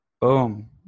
Boom